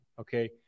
okay